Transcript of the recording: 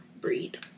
breed